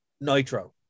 Nitro